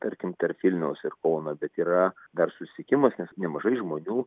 tarkim tarp vilniaus ir kauno bet yra dar susisiekimas nes nemažai žmonių